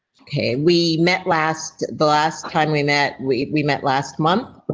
hey, we met last the last time we met, we we met last month.